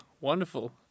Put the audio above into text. wonderful